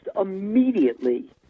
immediately